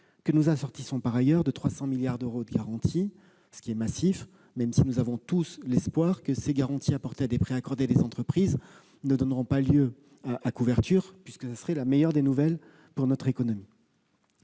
Nous les assortissons de 300 milliards d'euros de garanties, ce qui est massif, même si nous avons tous l'espoir que ces garanties apportées à des prêts aux entreprises ne donneront pas lieu à couverture, ce qui serait la meilleure des nouvelles pour notre économie.